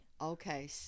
Okay